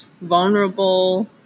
vulnerable